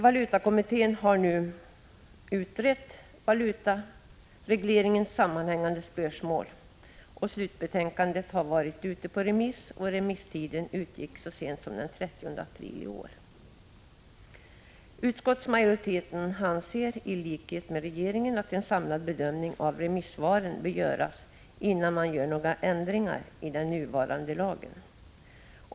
Valutakommittén har nu utrett med valutaregleringen sammanhängande spörsmål. Slutbetänkandet har varit ute på remiss, och remisstiden utgick så sent som den 30 april i år. Utskottsmajoriteten anser i likhet med regeringen att en samlad bedömning av remissvaren bör göras innan man gör några ändringar i den nuvarande lagen.